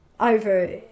Over